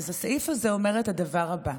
הסעיף הזה אומר את הדבר הבא: